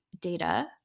data